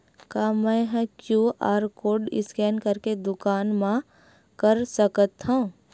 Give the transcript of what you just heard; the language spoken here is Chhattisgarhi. का मैं ह क्यू.आर कोड स्कैन करके दुकान मा कर सकथव?